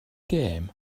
gêm